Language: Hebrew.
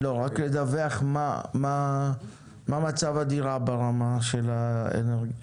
לא, רק לדווח מה מצב הדירה ברמה של האנרגיה.